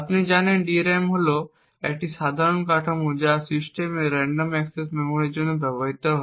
আপনি জানেন DRAM হল একটি সাধারণ কাঠামো যা সিস্টেমে রেন্ডম অ্যাক্সেস মেমরির জন্য ব্যবহৃত হয়